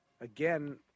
again